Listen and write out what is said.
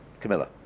Camilla